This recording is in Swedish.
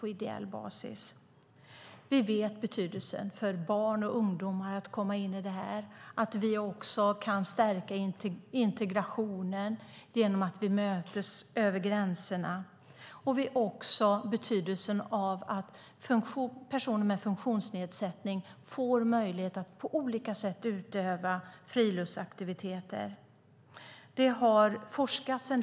Vi vet att det har stor betydelse för barn och ungdomar att få ta del av detta. Vi kan stärka integrationen genom att vi möts över gränserna. Vi ser också betydelsen av att personer med funktionsnedsättning får möjlighet att utöva friluftsaktiviteter på olika sätt.